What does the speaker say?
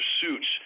suits